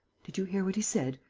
did you hear what he said?